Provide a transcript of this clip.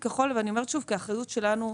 אני אומרת שוב,